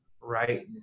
right